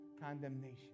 condemnation